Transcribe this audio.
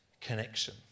connection